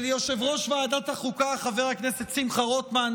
יושב-ראש ועדת החוקה חבר הכנסת שמחה רוטמן,